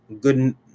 good